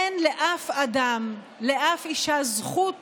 אין לאף אדם, לאף אישה, זכות